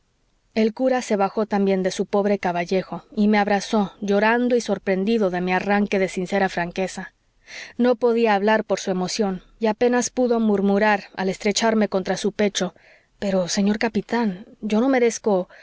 el cura se bajó también de su pobre caballejo y me abrazó llorando y sorprendido de mi arranque de sincera franqueza no podía hablar por su emoción y apenas pudo murmurar al estrecharme contra su pecho pero señor capitán yo no merezco